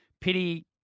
Pity